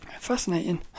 fascinating